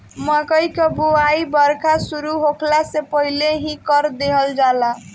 मकई कअ बोआई बरखा शुरू होखला से पहिले ही कर देहल जाला